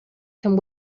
can